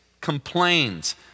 complains